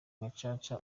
gacaca